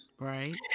Right